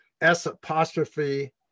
S-apostrophe